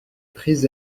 prises